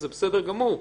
זה בסדר גמור.